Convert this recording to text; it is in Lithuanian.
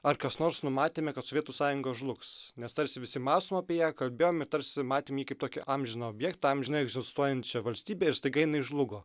ar kas nors numatėme kad sovietų sąjunga žlugs nes tarsi visi mąstom apie ją kalbėjom ir tarsi matėm jį kaip tokį amžiną objektą amžinai egzistuojančią valstybę ir staiga jinai žlugo